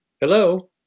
Hello